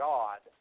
God